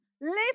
lift